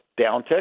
downtick